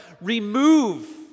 remove